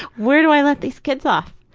where do i let these kids off?